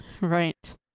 Right